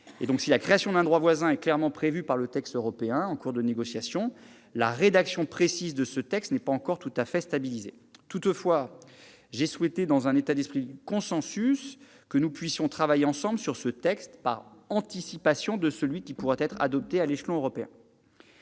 Si la création d'un droit voisin est clairement prévue par le texte européen en cours de négociation, la rédaction précise de ce texte n'est pas encore tout à fait stabilisée. Toutefois, j'ai souhaité, dans un esprit de consensus, que nous puissions travailler ensemble sur ce texte, par anticipation de celui qui pourra être adopté à l'échelon européen.